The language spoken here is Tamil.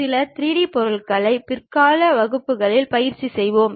சில 3D பொருள்களை பிற்கால வகுப்புகளிலும் பயிற்சி செய்வோம்